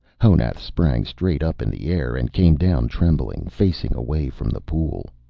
honath sprang straight up in the air and came down trembling, facing away from the pool.